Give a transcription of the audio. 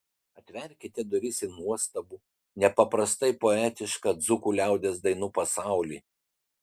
atverkite duris į nuostabų nepaprastai poetišką dzūkų liaudies dainų pasaulį